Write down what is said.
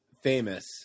famous